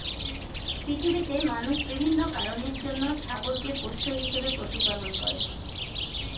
পৃথিবীতে মানুষ বিভিন্ন কারণের জন্য ছাগলকে পোষ্য হিসেবে প্রতিপালন করে